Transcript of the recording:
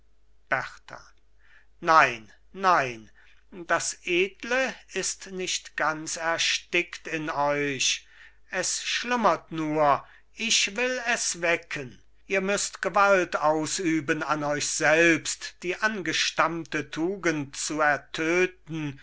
berta nein nein das edle ist nicht ganz erstickt in euch es schlummert nur ich will es wecken ihr müsst gewalt ausüben an euch selbst die angestammte tugend zu ertöten